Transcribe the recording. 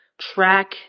track